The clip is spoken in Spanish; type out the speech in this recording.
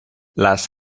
las